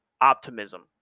Optimism